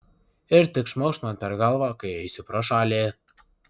ir tik šmaukšt man per galvą kai eisiu pro šalį